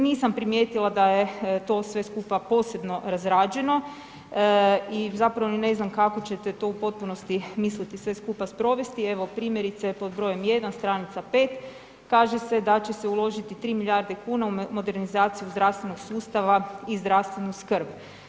Nisam primijetila da je to sve skupa posebno razrađeno i zapravo ni ne znam kako ćete to u potpunosti misliti sve skupa sprovesti, evo primjerice pod broje1, stranica 5, kaže se da će se uložiti 3 milijarde u modernizaciju zdravstvenog sustava i zdravstvenu skrb.